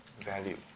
value